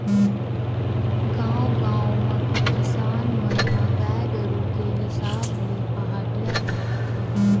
गाँव गाँव म किसान मन ह गाय गरु के हिसाब ले पहाटिया लगाथे